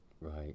Right